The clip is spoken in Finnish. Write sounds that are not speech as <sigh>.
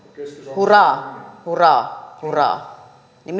hurraa hurraa hurraa niin <unintelligible>